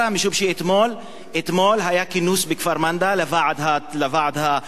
אתמול היה כינוס בכפר-מנדא לוועד העממי שם,